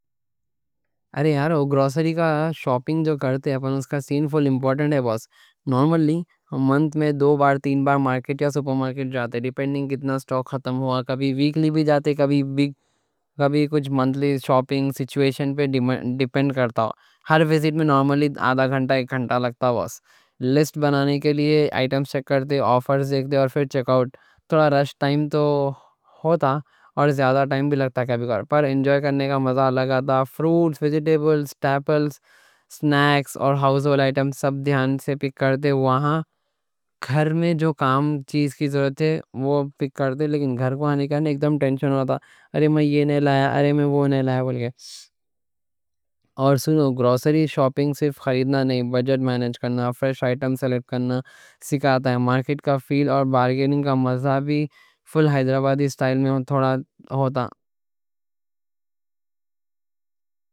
ارے یارو گروسری کا شاپنگ جو کرتے، پھر اس کا سین فل امپورٹنٹ ہے باس۔ نارملی منت میں دو بار، تین بار مارکٹ یا سپر مارکٹ جاتے۔ ڈیپینڈنگ کتنا اسٹاک ختم ہوا، کبھی ویکلی بھی جاتے، کبھی کچھ منتھلی شاپنگ سیچویشن پہ ڈیپینڈ کرتا۔ ہر وزٹ میں نارملی آدھا گھنٹا، ایک گھنٹا لگتا باس۔ لسٹ بنانے کے لیے آئٹمز چیک کرتے، آفرز دیکھتے، اور پھر چیک آؤٹ۔ تھوڑا رش ٹائم تو ہوتا اور زیادہ ٹائم بھی لگتا، پھر انجوائے کرنے کا مزہ لگتا۔ فروٹس، ویجیٹیبلز، اسٹیپلز، سنیکس اور ہاؤس ہولڈ آئٹمز سب دھیان سے پک کرتے۔ وہاں گھر میں جو کام چیز کی ضرورت تھی وہ پک کرتے۔ لیکن گھر کوں آنے کے لیے اگر میں وہ نہیں لائے بول گئے، ارے میں یہ نہیں لایا، وہ نہیں لایا، کرکے اور سنو۔ گروسری شاپنگ صرف خریدنا نہیں، بجٹ مینیج کرنا، فریش آئٹمز سیلیکٹ کرنا سکھاتا، مارکٹ کا فیل اور بارگیننگ کا مزہ بھی فل حیدرآبادی اسٹائل میں ہوتا ہے۔